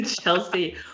Chelsea